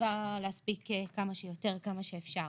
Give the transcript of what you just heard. בתקווה להספיק כמה שיותר, כמה שאפשר,